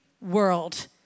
world